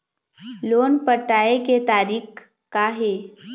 Loan पटाए के तारीख़ का हे?